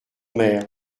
mer